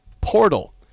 Portal